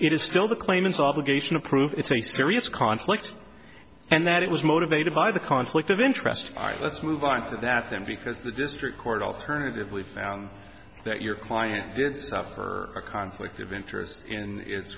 it is still the claimants obligation to prove it's a serious conflict and that it was motivated by the conflict of interest let's move on to that then because the district court alternatively found that your client did suffer a conflict of interest in i